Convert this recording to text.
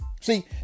See